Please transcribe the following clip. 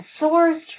sourced